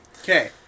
Okay